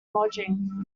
lodging